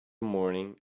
morning